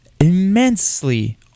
immensely